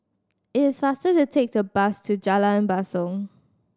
it is faster to take the bus to Jalan Basong